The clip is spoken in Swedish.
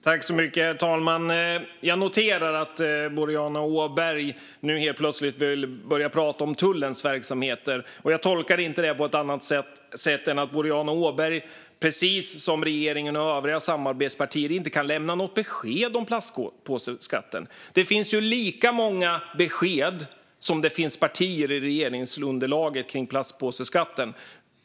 Herr talman! Jag noterar att Boriana Åberg nu helt plötsligt vill börja tala om tullens verksamheter. Jag tolkar det inte på annat sätt än att Boriana Åberg, precis som regeringen och övriga samarbetspartier, inte kan lämna något besked om plastpåseskatten. Det finns lika många besked som det finns partier i regeringsunderlaget kring plastpåseskatten.